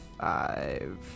five